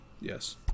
Yes